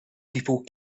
people